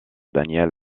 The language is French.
daniel